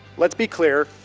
let's be clear,